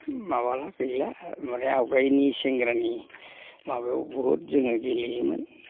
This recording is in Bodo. माबाला गैला मानि आवगायनि सेंग्रानि माबायाव बुहुत जोङो गेलेयोमोन